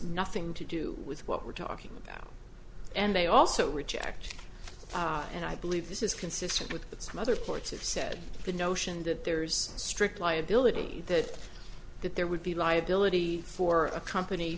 nothing to do with what we're talking about and they also reject and i believe this is consistent with what some other courts have said the notion that there's strict liability that that there would be liability for a company